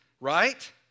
right